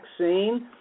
vaccine